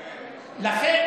לכן,